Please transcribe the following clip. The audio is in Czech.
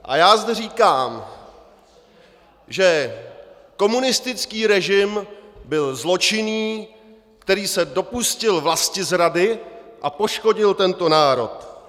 A já zde říkám, že komunistický režim byl zločinný, který se dopustil vlastizrady a poškodil tento národ.